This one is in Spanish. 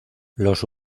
los